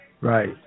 Right